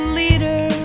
leader